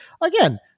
again